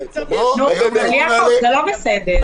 יעקב, זה לא בסדר.